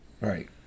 Right